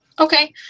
Okay